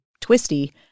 twisty